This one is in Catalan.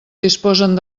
disposen